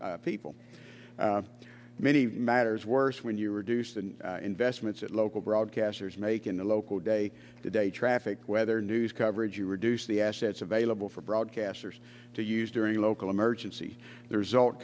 people many matters worse when you reduce the investments at local broadcasters make in the local day to day traffic weather news coverage or reduce the assets available for broadcasters to use during local emergency the result